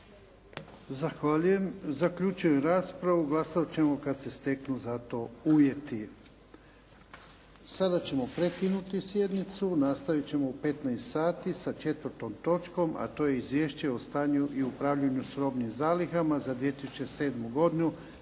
Zahvaljujem. Zaključujem raspravu. Glasovati ćemo kada se steknu za to uvjeti. Sada ćemo prekinuti sjednicu. Nastaviti ćemo u 15,00 sati sa 4. točkom, a to je Izvješće o stanju i upravljanju s robnim zalihama za 2007. godinu,